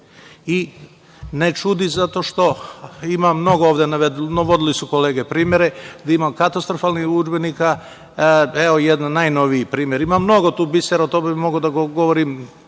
Ne čudi što ima mnogo, navodile su kolege primere gde ima katastrofalnih udžbenika, evo jedan najnoviji primer, ima mnogo tu bisera, o tome bih mogao da govorim